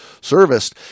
serviced